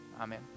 Amen